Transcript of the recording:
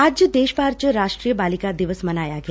ਅੱਜ ਦੇਸ਼ ਭਰ ਚ ਰਾਸ਼ਟਰੀ ਬਾਲਿਕਾ ਦਿਵਸ ਮਨਾਇਆ ਗਿਆ